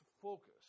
focus